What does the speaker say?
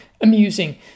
amusing